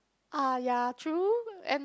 ah ya true and